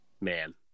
man